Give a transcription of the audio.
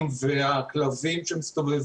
השאלה שעלתה היא האם יש מקום להסדיר קודם כל באופן רוחבי